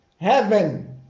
heaven